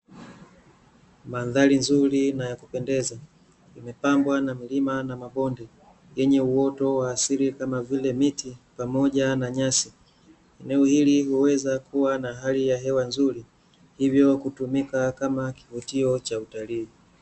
Mandhari nzuri na ya kupendeza imepangwa na milima na mabonde yenye uoto wa asili kama vile miti pamoja na nyasi. Eneo hili huweza kuwa na hali ya hewa nzuri, hivyo kutumika kama kivutio cha utalii.